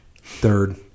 Third